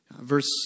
Verse